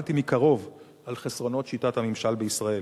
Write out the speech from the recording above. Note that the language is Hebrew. למדתי מקרוב על חסרונות שיטת הממשל בישראל.